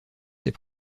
ses